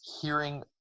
hearing